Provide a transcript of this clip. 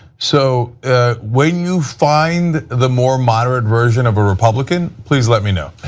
so ah when you find the more moderate version of a republican, please let me know.